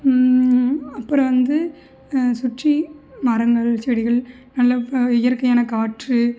அப்புறம் வந்து சுற்றி மரங்கள் செடிகள் நல்ல இயற்கையான காற்று